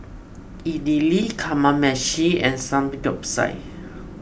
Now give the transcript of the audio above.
Idili Kamameshi and Samgyeopsal